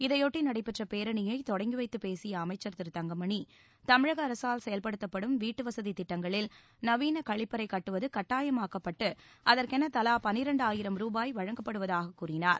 இதையொட்டி நடைபெற்ற பேரணியை தொடங்கி வைத்துப் பேசிய அமைச்சர் திரு தங்கமணி தமிழக அரசால் செயல்படுத்தப்படும் வீட்டு வசதி திட்டங்களில் நவீன கழிப்பறைக் கட்டுவது கட்டாயமாக்கப்பட்டு அதற்கென தவா பன்னிரண்டாயிரம் ரூபாய் வழங்கப்படுவதாகக் கூறினார்